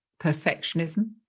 perfectionism